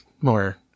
more